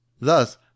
Thus